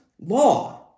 law